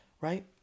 Right